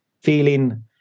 feeling